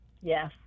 Yes